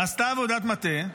נעשתה עבודת מטה.